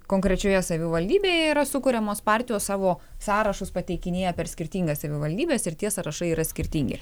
konkrečioje savivaldybėje yra sukuriamos partijos savo sąrašus pateikinėja per skirtingas savivaldybes ir tie sąrašai yra skirtingi